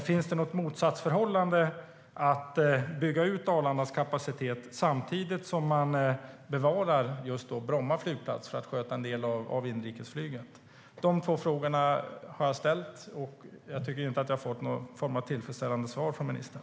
Finns det något motsatsförhållande i att bygga ut Arlandas kapacitet och samtidigt bevara Bromma flygplats för att sköta en del av inrikesflyget? Dessa två frågor har jag ställt, men jag tycker inte att jag har fått någon form av tillfredsställande svar från ministern.